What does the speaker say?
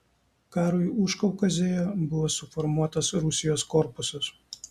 karui užkaukazėje buvo suformuotas rusijos korpusas